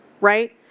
right